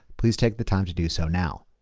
please take the time to do so now.